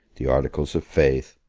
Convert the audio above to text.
the articles of faith,